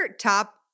top